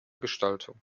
gestaltung